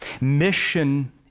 mission